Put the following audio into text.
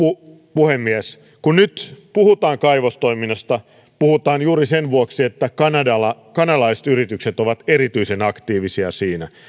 puhemies kun nyt puhutaan kaivostoiminnasta siitä puhutaan juuri sen vuoksi että kanadalaiset yritykset ovat erityisen aktiivisia siinä